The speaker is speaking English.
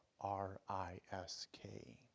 R-I-S-K